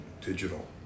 digital